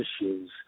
issues